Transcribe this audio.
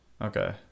Okay